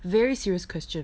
very serious question